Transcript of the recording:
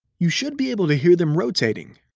you should be able to hear them rotating.